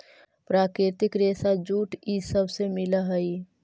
प्राकृतिक रेशा जूट इ सब से मिल हई